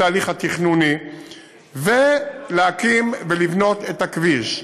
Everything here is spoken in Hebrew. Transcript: ההליך התכנוני ולהקים ולבנות את הכביש.